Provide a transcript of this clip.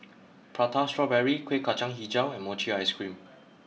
Prata Strawberry Kuih Kacang HiJau and Mochi Ice Cream